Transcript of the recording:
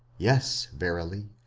yes verily,